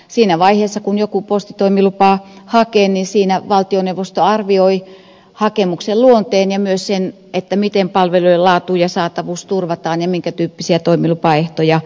siinä vaiheessa kun joku postitoimilupaa hakee valtioneuvosto arvioi hakemuksen luonteen ja myös sen miten palvelujen laatu ja saatavuus turvataan ja minkä tyyppisiä toimilupaehtoja nämä tarvitsevat